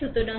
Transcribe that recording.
সুতরাং